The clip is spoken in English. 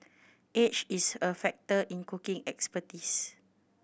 age is a factor in cooking expertise